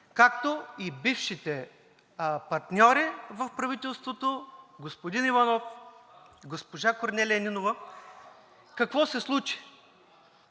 както и бившите партньори в правителството – господин Иванов, госпожа Корнелия Нинова. Какво се случи?